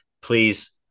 please